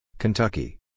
Kentucky